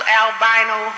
albino